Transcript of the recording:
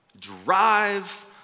drive